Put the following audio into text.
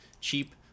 cheap